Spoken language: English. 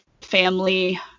family